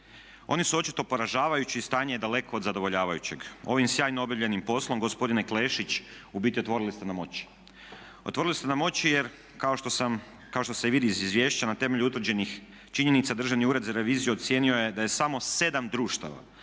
Oni su očito poražavajući i stanje je daleko od zadovoljavajućeg. Ovim sjajno obavljenim poslom gospodine Klešić u biti otvorili ste nam oči. Otvorili ste nam oči jer kao što se i vidi iz izvješća na temelju utvrđenih činjenica Državni ured za reviziju ocijenio je da je samo 7 društava